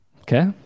Okay